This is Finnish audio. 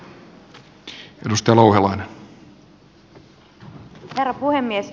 herra puhemies